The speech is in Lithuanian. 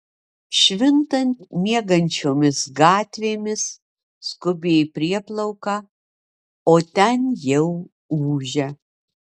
švintant miegančiomis gatvėmis skubi į prieplauką o ten jau ūžia